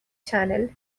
channel